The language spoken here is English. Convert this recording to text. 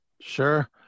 Sure